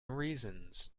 reasons